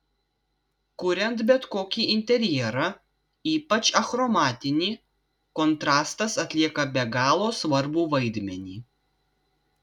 kuriant bet kokį interjerą ypač achromatinį kontrastas atlieka be galo svarbų vaidmenį